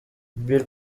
billy